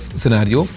scenario